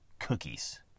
cookies